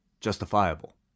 justifiable